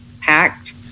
packed